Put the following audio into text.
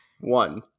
One